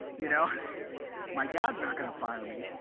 you know my dad's not going to fire me,